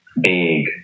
big